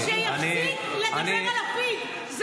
שיפסיק לדבר על לפיד.